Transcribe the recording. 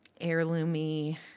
heirloomy